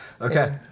Okay